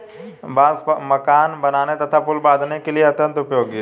बांस मकान बनाने तथा पुल बाँधने के लिए यह अत्यंत उपयोगी है